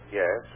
yes